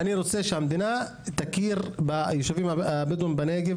אני רוצה שהמדינה תכיר ביישובים הבדואים בנגב,